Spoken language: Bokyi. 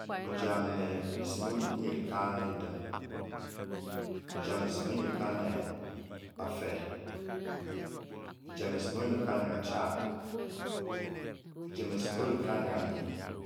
Bujam esim onyirika ne din. bujam esim onyirika ne bafe. bujam esim onyirika ne kachad. bujam esim onyirika ne kanyi